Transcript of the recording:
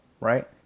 right